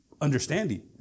understanding